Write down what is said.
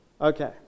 Okay